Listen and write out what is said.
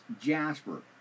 jasper